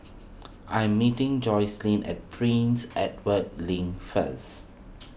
I am meeting Jocelynn at Prince Edward Link first